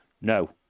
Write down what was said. No